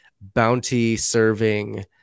bounty-serving